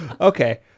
Okay